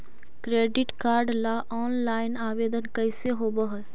Credit card ल online आवेदन कैसे होब है?